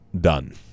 done